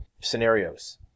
scenarios